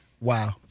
Wow